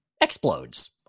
explodes